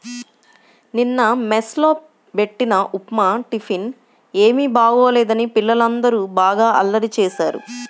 నిన్న మెస్ లో బెట్టిన ఉప్మా టిఫిన్ ఏమీ బాగోలేదని పిల్లలందరూ బాగా అల్లరి చేశారు